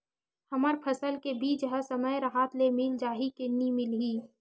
हमर फसल के बीज ह समय राहत ले मिल जाही के नी मिलही?